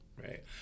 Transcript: right